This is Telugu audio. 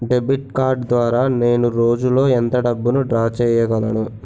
డెబిట్ కార్డ్ ద్వారా నేను రోజు లో ఎంత డబ్బును డ్రా చేయగలను?